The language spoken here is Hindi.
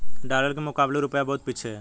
डॉलर के मुकाबले रूपया बहुत पीछे है